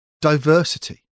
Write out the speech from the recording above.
diversity